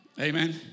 Amen